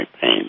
pain